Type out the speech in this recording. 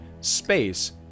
space